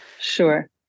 Sure